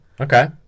Okay